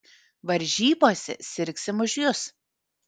varžybose sirgsim už jus